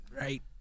Right